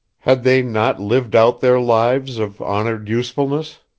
had they not lived out their lives of honored usefulness,